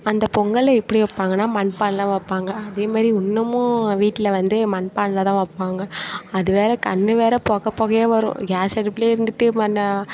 அந்த பொங்கலை எப்படி வைப்பாங்கன்னா மண்பானையில் வைப்பாங்க அதே மாதிரி இன்னமும் வீட்டில் வந்து மண்பானையில் தான் வைப்பாங்க அதுவேறே கண்ணு வேறே புக புகையா வரும் கேஸ் அடுப்பிலயே இருந்துட்டு மண்ணை